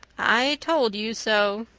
i told you so.